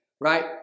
right